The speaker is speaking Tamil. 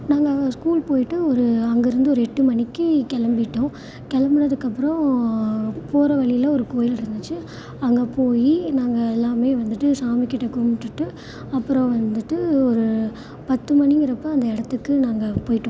நாங்கள் ஸ்கூல் போயிவிட்டு ஒரு அங்கேருந்து ஒரு எட்டு மணிக்கு கிளம்பிட்டோம் கிளம்புனதுக்கப்பறோம் போகற வழியில் ஒரு கோயில் இருந்துச்சு அங்கே போய் நாங்கள் எல்லாமே வந்துவிட்டு சாமிகிட்ட கும்பிட்டுட்டு அப்புறம் வந்துவிட்டு ஒரு பத்து மணிங்கிறப்போ அந்த இடத்துக்கு நாங்கள் போய்விட்டோம்